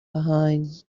behind